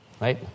Right